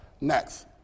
Next